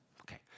Okay